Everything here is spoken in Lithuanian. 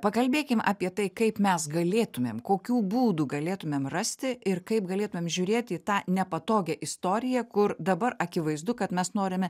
pakalbėkim apie tai kaip mes galėtumėm kokių būdų galėtumėm rasti ir kaip galėtumėm žiūrėti į tą nepatogią istoriją kur dabar akivaizdu kad mes norime